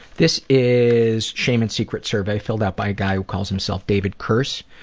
this is shame and secrets survey filled out by a guy who calls himself david curse